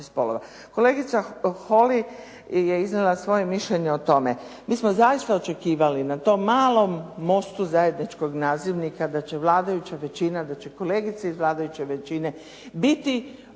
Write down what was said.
Kolegica Holy je iznijela svoje mišljenje o tome. Mi smo zaista očekivali na tom malom mostu zajedničkog nazivnika da će vladajuća većina, da će kolegice iz vladajuće većine biti